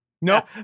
No